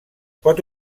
pot